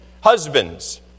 Husbands